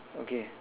okay